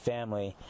Family